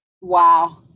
wow